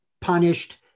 punished